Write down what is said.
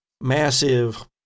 massive